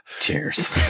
Cheers